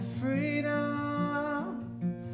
Freedom